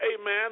amen